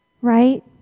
Right